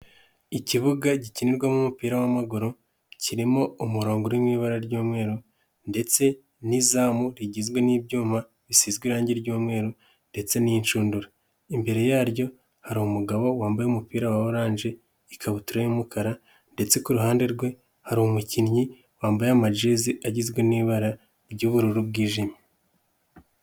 Ikibuga gikinirwamo umupira w'amaguru kirimo umurongo uri mui ibara ry'umweru ndetse n'izamu rigizwe n'ibyuma bisizwe irangi ry'umweru ndetse n'inshundura. Imbere yaryo hari umugabo wambaye umupira wa orange, ikabutura y'umukara ndetse ku ruhande rwe hari umukinnyi wambaye amajezi agizwe n'ibara ry'ubururu bwijimye.